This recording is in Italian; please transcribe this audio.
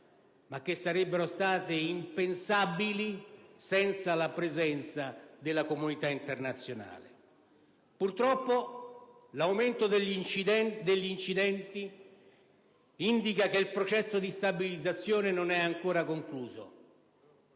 ma che sarebbero state impensabili senza la presenza della comunità internazionale. Purtroppo, l'aumento degli incidenti indica che il processo di stabilizzazione non è ancora concluso.